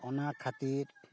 ᱚᱱᱟ ᱠᱷᱟᱹᱛᱤᱨ